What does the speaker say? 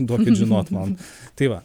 duokit žinot man tai va